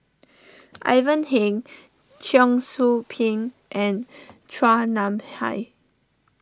Ivan Heng Cheong Soo Pieng and Chua Nam Hai